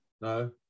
No